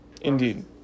Indeed